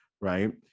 right